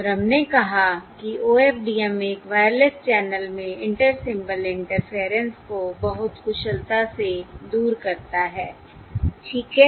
और हमने कहा कि OFDM एक वायरलेस चैनल में इंटर सिंबल इंटरफेयरेंस को बहुत कुशलता से दूर करता है ठीक है